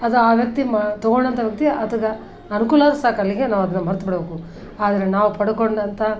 ಅದು ಆ ವ್ಯಕ್ತಿ ಮಾ ತಗೊಂಡಂಥ ವ್ಯಕ್ತಿ ಆತಗೆ ಅನುಕೂಲ ಸಾಕಲ್ಲಿಗೆ ನಾವದನ್ನು ಮರ್ತು ಬಿಡಬೇಕು ಆದರೆ ನಾವು ಪಡ್ಕೊಂಡಂಥ